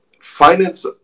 Finance